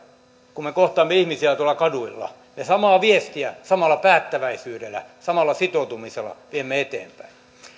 kun me kohtaamme ihmisiä tuolla kaduilla ja samaa viestiä samalla päättäväisyydellä samalla sitoutumisella viemme eteenpäin